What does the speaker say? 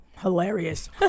Hilarious